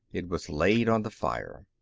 it was laid on the fire.